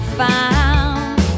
found